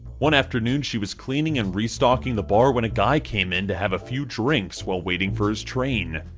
one afternoon she was cleaning and restocking the bar when a guy came in to have a few drinks while waiting for his train.